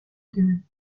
gueules